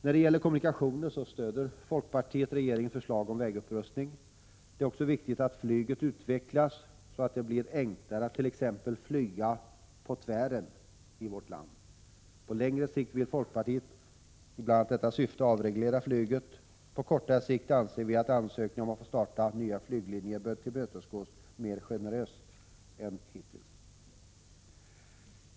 När det gäller kommunikationer stöder folkpartiet regeringens förslag om vägupprustning. Det är också viktigt att flyget utvecklas, så att det blir enklare att t.ex. flyga ”på tvären” i vårt land. På längre sikt vill folkpartiet i bl.a. detta syfte avreglera flyget. På kortare sikt anser vi att ansökningar om att få starta nya flyglinjer bör tillmötesgås mer generöst än hittills.